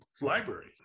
library